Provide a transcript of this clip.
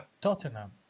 tottenham